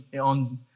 on